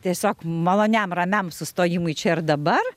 tiesiog maloniam ramiam sustojimui čia ir dabar